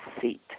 seat